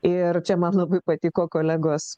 ir čia man labai patiko kolegos